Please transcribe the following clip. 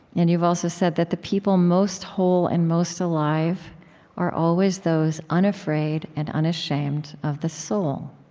and you've also said that the people most whole and most alive are always those unafraid and unashamed of the soul.